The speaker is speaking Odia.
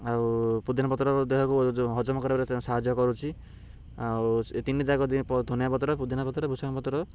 ଆଉ ପୁଦିନ ପତ୍ର ଦେହକୁ ହଜମ କରିବାରେ ସାହାଯ୍ୟ କରୁଛି ଆଉ ଏ ତିନି ଧନିଆ ପତ୍ର ପୁଦିନା ପତ୍ର ଭୃଷଙ୍ଗ ପତ୍ର